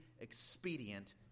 expedient